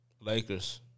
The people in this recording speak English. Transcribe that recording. Lakers